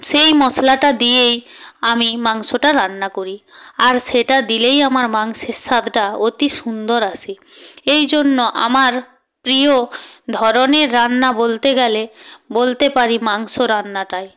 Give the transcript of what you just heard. সেই মশলাটা দিয়েই আমি মাংসটা রান্না করি আর সেটা দিলেই আমার মাংসের স্বাদটা অতি সুন্দর আসে এই জন্য আমার প্রিয় ধরনের রান্না বলতে গেলে বলতে পারি মাংস রান্নাটাই